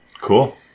Cool